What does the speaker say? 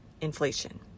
Inflation